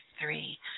three